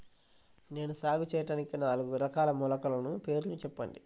నేను సాగు చేయటానికి నాలుగు రకాల మొలకల పేర్లు చెప్పండి?